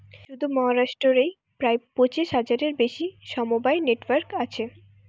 শুধু মহারাষ্ট্র রেই প্রায় পঁচিশ হাজারের বেশি সমবায় নেটওয়ার্ক আছে